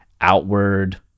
outward